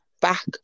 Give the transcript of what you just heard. back